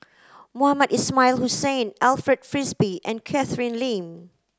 Mohamed Ismail Hussain Alfred Frisby and Catherine Lim